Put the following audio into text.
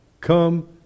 come